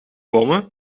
komen